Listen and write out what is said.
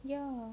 ya